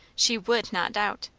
she would not doubt.